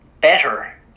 better